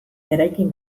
eraikin